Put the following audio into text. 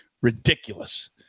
ridiculous